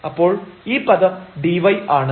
അപ്പോൾ ഈ പദം dy ആണ്